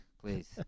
please